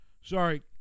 Sorry